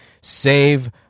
save